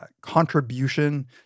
contribution